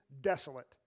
desolate